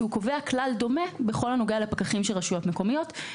שקובע כלל דומה בכל הנוגע לפקחים של רשויות מקומיות,